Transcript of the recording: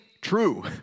true